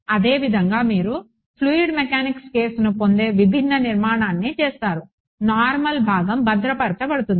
అదేవిధంగా మీరు fluid mechanics కేస్ను పొందే విభిన్న నిర్మాణాన్ని చేస్తారు నార్మల్ భాగం భద్రపరచబడుతుంది